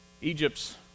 Egypt's